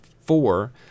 four